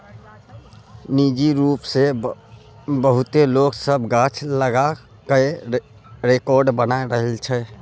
निजी रूप सँ बहुते लोक सब गाछ लगा कय रेकार्ड बना रहल छै